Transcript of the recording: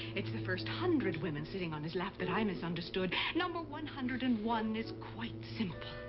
it's the first hundred women sitting on his lap that i misunderstood. number one hundred and one is quite simple.